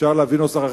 אפשר להביא נוסח,